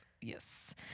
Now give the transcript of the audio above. yes